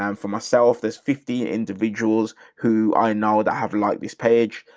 um for myself, there's fifteen individuals who i know that have liked this page,